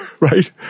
right